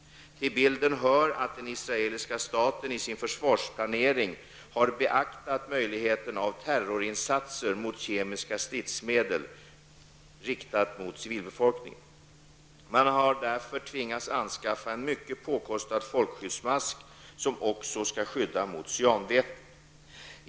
Till bilden hör att den israeliska staten i sin försvarsplanering har beaktat möjligheten av terrorinsatser med kemiska stridsmedel riktade mot civilbefolkningen. Man har därför tvingats anskaffa en mycket påkostad folkskyddsmask, som också skall skydda mot cyanväte.